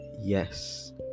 yes